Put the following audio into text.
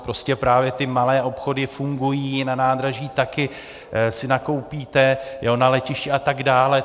Prostě právě ty malé obchody fungují, na nádraží si taky nakoupíte, na letišti a tak dále.